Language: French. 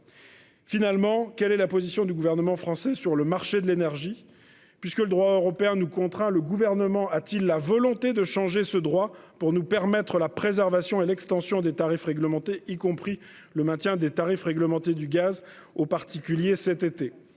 Finalement, quelle est la position du gouvernement français sur le marché de l'énergie puisque le droit européen nous contraint le gouvernement a-t-il la volonté de changer ce droit pour nous permettre la préservation et l'extension des tarifs réglementés, y compris le maintien des tarifs réglementés du gaz aux particuliers, cet été,